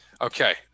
Okay